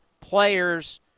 players